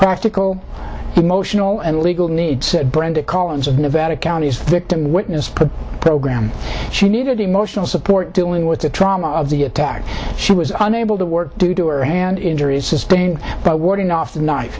practical emotional and legal needs said brenda collins of nevada county's victim witness put program she needed emotional support dealing with the trauma of the attack she was unable to work due to her hand injuries sustained by warding off the kni